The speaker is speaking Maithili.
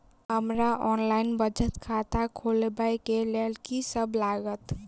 हमरा ऑनलाइन बचत खाता खोलाबै केँ लेल की सब लागत?